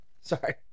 Sorry